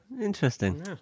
Interesting